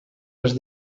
les